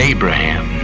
Abraham